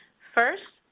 first,